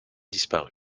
disparus